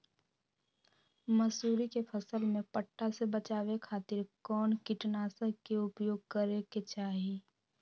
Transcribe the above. मसूरी के फसल में पट्टा से बचावे खातिर कौन कीटनाशक के उपयोग करे के चाही?